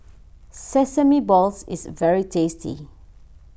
Sesame Balls is very tasty